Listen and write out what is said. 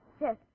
Yes